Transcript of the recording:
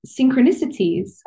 synchronicities